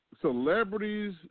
celebrities